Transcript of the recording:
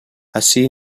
así